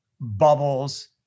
bubbles